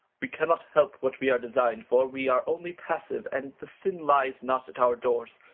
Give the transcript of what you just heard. we cannot help what we are design'd for. we are only passive, and the sin lies not at our doors.